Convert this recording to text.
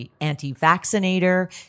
anti-vaccinator